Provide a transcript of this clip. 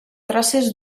traces